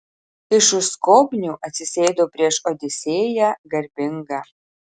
ir už skobnių atsisėdo prieš odisėją garbingą